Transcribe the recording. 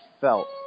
felt